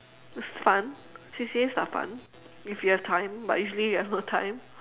it's fun C_C_As are fun if you have time but usually you have no time